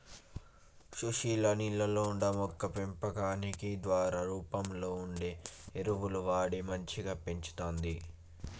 సుశీల నీళ్లల్లో మొక్కల పెంపకానికి ద్రవ రూపంలో వుండే ఎరువులు వాడి మంచిగ పెంచుతంది